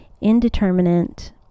Indeterminate